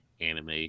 anime